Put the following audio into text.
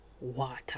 water